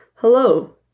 Hello